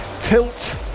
tilt